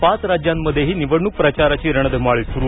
पाच राज्यांमध्येही निवडणूक प्रचाराची रणधुमाळी सुरू